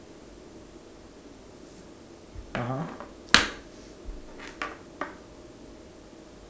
(uh huh)